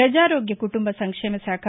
ప్రజారోగ్య కుటుంబ సంక్షేమశాఖ